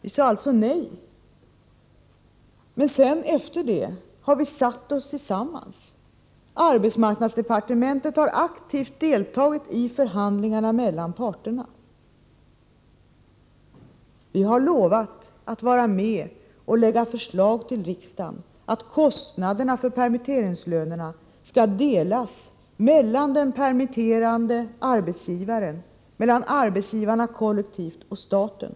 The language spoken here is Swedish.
Vi sade alltså nej, men därefter har arbetsmarknadsdepartementet aktivt deltagit i förhandlingarna mellan parterna. Vi har lovat att medverka till att lägga fram förslag till riksdagen om att kostnaderna för permitteringslönerna skall delas mellan den permitterande arbetsgivaren, arbetsgivarna kollektivt och staten.